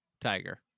Tiger